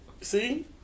See